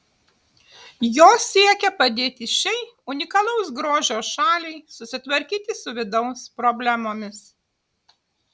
jos siekia padėti šiai unikalaus grožio šaliai susitvarkyti su vidaus problemomis